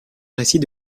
récit